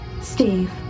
Steve